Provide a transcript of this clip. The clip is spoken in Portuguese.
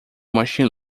machine